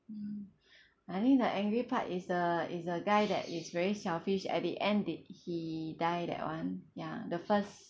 mm I think the angry part is the is the guy that is very selfish at the end did he die that [one] ya the first